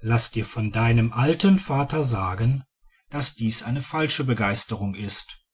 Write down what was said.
laß dir von deinem alten vater sagen daß dies eine falsche begeisterung ist